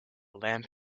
lamp